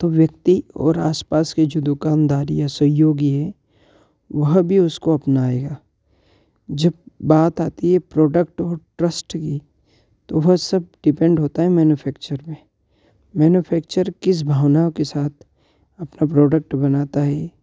तो व्यक्ति और आसपास के जो दुकानदारी या सहयोगी है वह भी उसको अपनाएगा जब बात आती है प्रोडक्ट और ट्रस्ट की तो वह सब डिपेंड होता है मैनूफैक्चर में मैनूफैक्चर किस भावना के साथ अपना प्रोडक्ट बनाता है